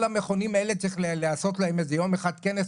כל המכונים האלה צריך לעשות להם איזה יום אחד כנס,